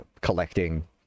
collecting